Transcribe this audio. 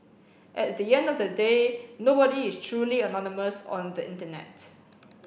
at the end of the day nobody is truly anonymous on the Internet